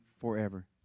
forever